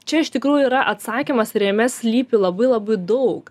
čia iš tikrųjų yra atsakymas ir jame slypi labai labai daug